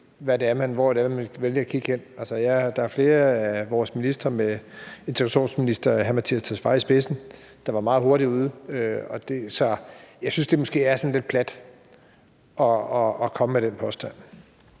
hvor det er, man vælger at kigge hen. Der er flere af vores ministre med integrationsministeren i spidsen, der var meget hurtigt ude. Så jeg synes, det måske er sådan lidt plat at komme med den påstand.